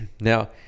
now